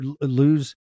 lose